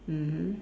mmhmm